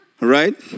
right